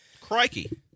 Crikey